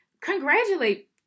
congratulate